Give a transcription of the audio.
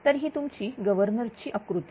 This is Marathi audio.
तर ही तुमची गव्हर्नर ची आकृती